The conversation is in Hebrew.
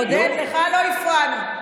עודד, לך לא הפרענו.